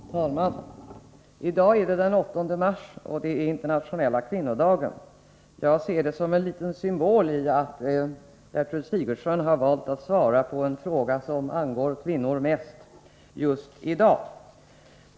Herr talman! I dag är det den 8 mars, och det är Internationella kvinnodagen. Jag ser det som litet symboliskt att Gertrud Sigurdsen valt att just i dag svara på en fråga som angår kvinnor mest.